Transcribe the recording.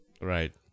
Right